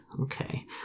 Okay